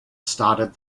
started